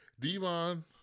Devon